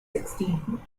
sixteen